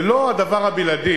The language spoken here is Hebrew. זה לא הדבר הבלעדי.